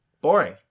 Boring